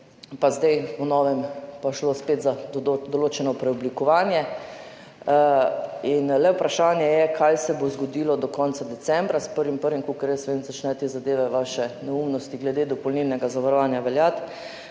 bo zdaj po novem šlo spet za določeno preoblikovanje in le vprašanje je, kaj se bo zgodilo do konca decembra. S 1. 1., kolikor jaz vem, začnejo veljati te zadeve, vaše neumnosti glede dopolnilnega zavarovanja in